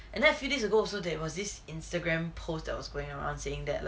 and then a few days ago so there was this Instagram posts that was going around saying that like